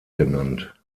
genannt